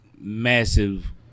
massive